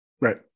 Right